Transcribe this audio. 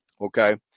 Okay